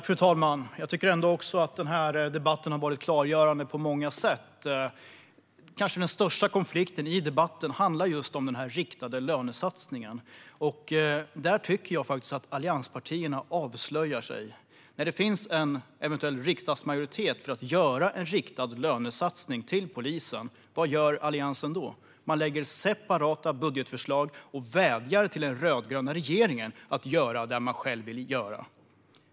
Fru talman! Jag tycker också att denna debatt har varit klargörande på många sätt. Den kanske största konflikten handlar om den riktade lönesatsningen, och här tycker jag att allianspartierna avslöjar sig. När det finns en eventuell riksdagsmajoritet för att göra en riktad lönesatsning på polisen, vad gör Alliansen då? Jo, man lägger fram separata budgetförslag och vädjar till den rödgröna regeringen att göra det man själv vill göra.